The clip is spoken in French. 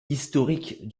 historique